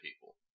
people